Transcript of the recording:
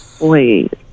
Wait